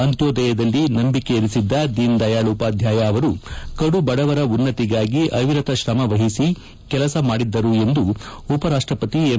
ಅಂತ್ಯೋದಯದಲ್ಲಿ ನಂಬಿಕೆ ಇರಿಸಿದ್ದ ದೀನ್ ದಯಾಳ್ ಉಪಾಧ್ಯಾಯ ಅವರು ಕಡುಬಡವರ ಉನ್ನತಿಗಾಗಿ ಅವಿರತ ಶ್ರಮ ವಹಿಸಿ ಕೆಲಸ ಮಾಡಿದ್ದರು ಎಂದು ಉಪ ರಾಷ್ನ ಪತಿ ಎಂ